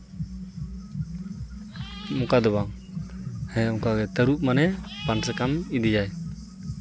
ᱚᱱᱠᱟ ᱫᱚ ᱵᱟᱝ ᱦᱮᱸ ᱚᱱᱠᱟ ᱜᱮ ᱛᱟᱹᱨᱩᱵᱽ ᱢᱟᱱᱮ ᱯᱟᱱ ᱥᱟᱠᱟᱢᱮ ᱤᱫᱤᱭᱟᱭ